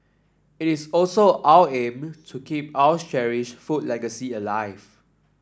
it is also our aim to keep our cherished food legacy alive